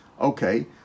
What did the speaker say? Okay